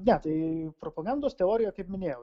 ne tai propagandos teorija kaip minėjau